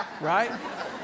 right